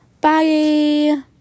Bye